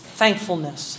thankfulness